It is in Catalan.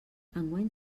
enguany